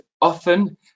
often